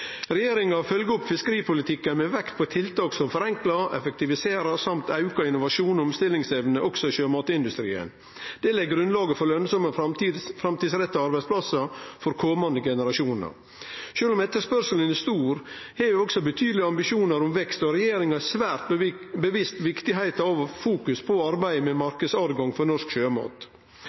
Regjeringa følgjer opp fiskeripolitikken med vekt på tiltak som forenklar, effektiviserer og aukar innovasjons- og omstillingsevne også i sjømatindustrien. Det legg grunnlaget for lønsame framtidsretta arbeidsplassar for komande generasjonar. Sjølv om etterspørselen er stor, har vi også betydelege ambisjonar om vekst, og regjeringa er svært bevisst på viktigheita av å ha fokus på arbeidet med marknadstilgang for norsk sjømat.